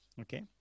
Okay